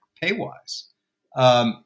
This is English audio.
pay-wise